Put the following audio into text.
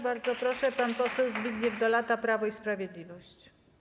Bardzo proszę, pan poseł Zbigniew Dolata, Prawo i Sprawiedliwość.